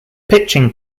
pitching